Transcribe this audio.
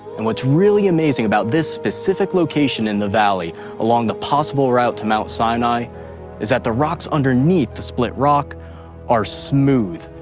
and what's really amazing about this specific location in the valley along the possible route to mount sinai is that the rocks underneath the split rock are smooth,